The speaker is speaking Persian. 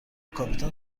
کاپیتان